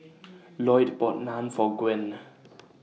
Loyd bought Naan For Gwen